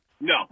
no